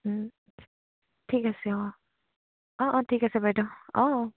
ঠিক আছে অঁ অঁ অঁ ঠিক আছে বাইদেউ অঁ অঁ